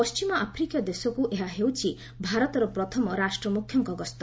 ପଣ୍ଟିମ ଆଫ୍ରିକୀୟ ଦେଶକୁ ଏହା ହେଉଛି ଭାରତର ପ୍ରଥମ ରାଷ୍ଟ୍ରମୁଖ୍ୟଙ୍କ ଗସ୍ତ